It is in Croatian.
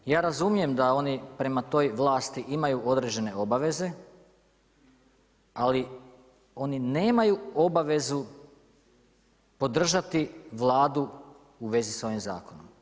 Ja razumijem da oni prema toj vlasti imaju određene obaveze ali oni nemaju obavezu podržati Vladu u vezi s ovim zakonom.